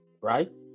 Right